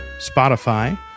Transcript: Spotify